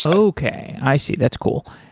so okay. i see. that's cool.